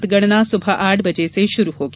मतगणना सुबह आठ बजे से शुरू होगी